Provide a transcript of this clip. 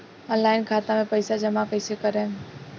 Online खाता मे पईसा जमा कइसे करेम?